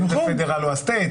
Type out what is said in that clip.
האם זה ה- Federal או ה- state.